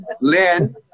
Lynn